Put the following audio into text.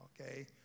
okay